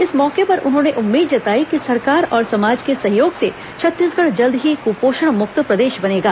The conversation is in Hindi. इस मौके पर उन्होंने उम्मीद जताई कि सरकार और समाज के सहयोग से छत्तीसगढ़ जल्द ही कुपोषण मुक्त प्रदेश बनेगा